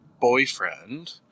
boyfriend